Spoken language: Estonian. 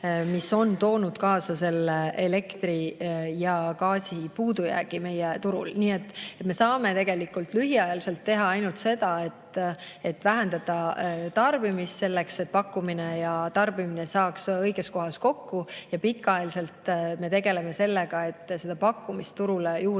on ju toonud kaasa selle elektri ja gaasi puudujäägi meie turul.Me saame tegelikult lühiajaliselt teha ainult seda, et vähendada tarbimist, selleks et pakkumine ja tarbimine saaks õiges kohas kokku. Pikaajaliselt me tegeleme aga sellega, et seda pakkumist turule juurde